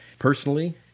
Personally